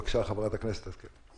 בבקשה, חברת הכנסת השכל.